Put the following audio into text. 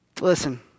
Listen